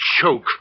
choke